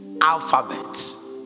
alphabets